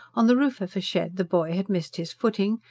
on the roof of a shed the boy had missed his footing,